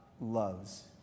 loves